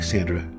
Sandra